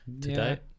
today